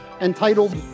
entitled